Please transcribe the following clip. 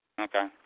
Okay